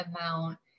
amount